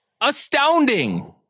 Astounding